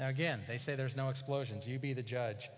again they say there's no explosions you be the judge